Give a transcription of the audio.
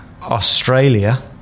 Australia